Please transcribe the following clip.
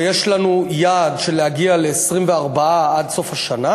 ויש לנו יעד, להגיע ל-24 עד סוף השנה.